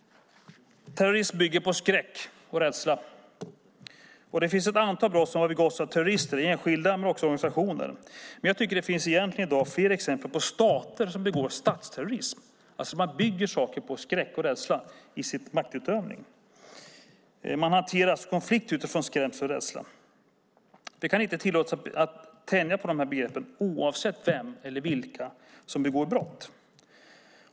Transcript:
Terrorism bygger på skräck och rädsla. Det finns ett antal brott som har begåtts av terrorister - enskilda och organisationer. Men i dag finns fler exempel på stater som begår statsterrorism, det vill säga man bygger sin maktutövning på skräck och rädsla. Konflikter hanteras utifrån skrämsel och rädsla. Det kan inte tillåtas att vi tänjer på begreppen oavsett vem eller vilka som begår brott.